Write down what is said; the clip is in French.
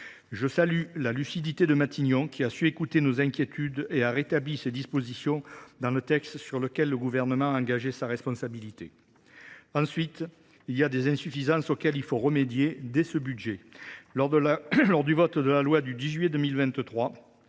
Je salue la lucidité de Matignon, qui a su écouter nos inquiétudes et a rétabli ces dispositions dans le texte sur lequel le Gouvernement a engagé sa responsabilité. Ensuite, je note des insuffisances auxquelles il faut remédier dès ce budget. Lors du vote de la loi du 10 juillet 2023,